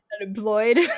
unemployed